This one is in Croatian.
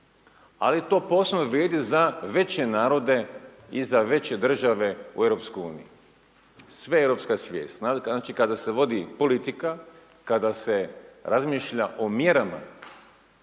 ali to posebno vrijedi za veće narode i za veće države u EU, sveeuropska svijest, znači kada se vodi politika, kada se razmišlja o mjerama,